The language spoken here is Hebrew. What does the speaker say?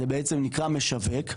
זה בעצם נקרא משווק.